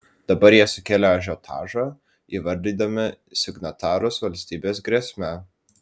dabar jie sukėlė ažiotažą įvardydami signatarus valstybės grėsme